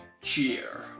cheer